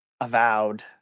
Avowed